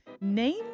Name